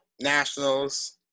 Nationals